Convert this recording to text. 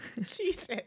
Jesus